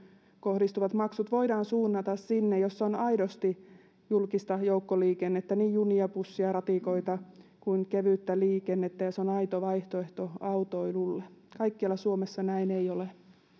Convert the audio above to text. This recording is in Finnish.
kohdistuvat maksut voidaan suunnata sinne missä on aidosti julkista joukkoliikennettä niin junia busseja ratikoita kuin kevyttä liikennettä ja se on aito vaihtoehto autoilulle kaikkialla suomessa näin ei ole